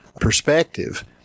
perspective